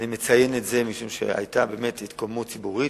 אני מציין את זה משום שהיתה באמת התקוממות ציבורית,